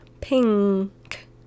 pink